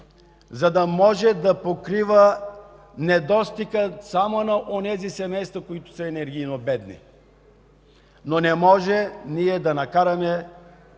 за да може да покрива недостига само на онези семейства, които са енергийно бедни. Не може ние да накараме